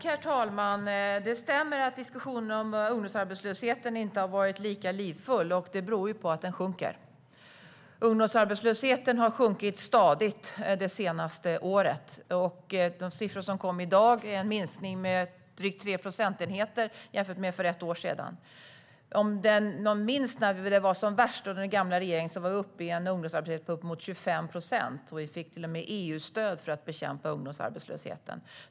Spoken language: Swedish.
Herr talman! Det stämmer att diskussionen om ungdomsarbetslösheten inte har varit lika livfull. Det beror på att den sjunker. Ungdomsarbetslösheten har sjunkit stadigt det senaste året. De siffror som kom i dag innebär en minskning med drygt 3 procentenheten jämfört med för ett år sedan. När den var som värst under den gamla regeringen var vi uppe i en ungdomsarbetslöshet på uppemot 25 procent. Vi fick till och med EU-stöd för att bekämpa ungdomsarbetslösheten.